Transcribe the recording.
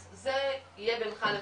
אז זה יהיה בינך לבינו.